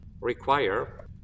require